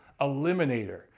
eliminator